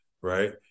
right